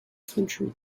country